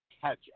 catch